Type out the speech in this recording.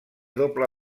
doble